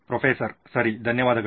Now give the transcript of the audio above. professor ಸರಿ ಧನ್ಯವಾದಗಳು